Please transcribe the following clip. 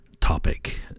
topic